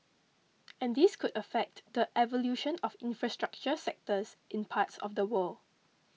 and this could affect the evolution of infrastructure sectors in parts of the world